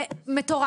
לטווח